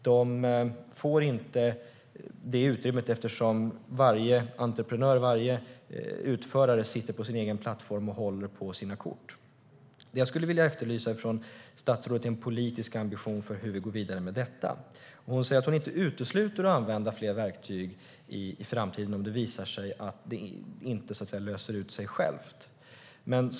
De får inte utrymme eftersom varje entreprenör och utförare sitter på sin egen plattform och håller på sina kort. Det jag skulle vilja efterlysa från statsrådet är en politisk ambition för hur vi går vidare med detta. Hon säger att hon inte utesluter att använda fler verktyg i framtiden om det visar sig att det inte löser sig självt.